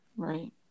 Right